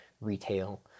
retail